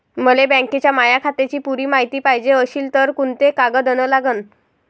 मले बँकेच्या माया खात्याची पुरी मायती पायजे अशील तर कुंते कागद अन लागन?